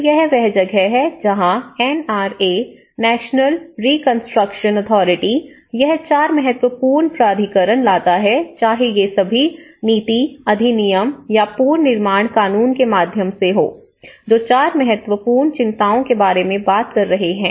तो यह वह जगह है जहां N R A national reconstruction authority यह 4 महत्वपूर्ण प्राधिकरण लाता है चाहे ये सभी नीति अधिनियम या पुनर्निर्माण कानून के माध्यम से हो जो 4 महत्वपूर्ण चिंताओं के बारे में बात कर रहे हैं